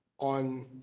On